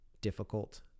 difficult